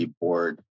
Board